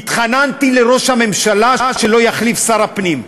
התחננתי לראש הממשלה שלא יחליף שר פנים,